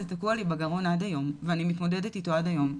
תקוע לי בגרון עד היום ואני מתמודדת איתו עד היום.